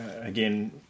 again